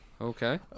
Okay